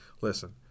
listen